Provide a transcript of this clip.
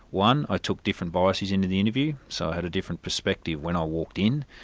one, i took different biases into the interview, so i had a different perspective when i walked in.